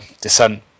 descent